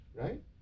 right